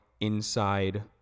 inside